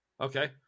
Okay